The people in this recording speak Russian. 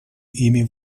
ими